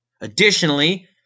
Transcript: additionally